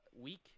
week